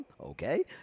Okay